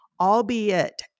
albeit